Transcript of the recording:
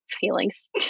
feelings